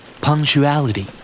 Punctuality